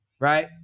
right